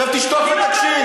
עכשיו תשתוק ותקשיב.